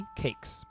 cakes